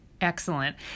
Excellent